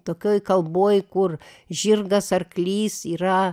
tokioj kalboj kur žirgas arklys yra